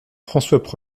françois